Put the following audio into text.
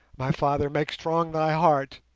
my father, make strong thy heart!